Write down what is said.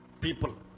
people